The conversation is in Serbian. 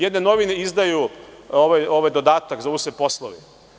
Jedne novine izdaju ovaj dodatak, zovu se „Poslovi“